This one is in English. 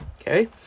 Okay